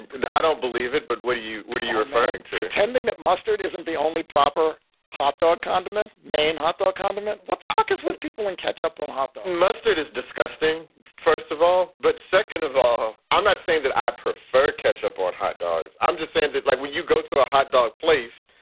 and i don't believe it but what do you what are you referring to pretending that mustard isn't the only proper hotdog condiment. main hotdog condiment. what the fuck is with people and catch up on hot mustard is disgusting first of all. but second of all, i'm not saying that i prefer ketchup on hot dogs. i'm just saying that, like, when you go to a hot dog place,